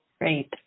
Great